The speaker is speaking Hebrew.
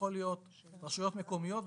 יכול להיות רשויות מקומיות וכדומה.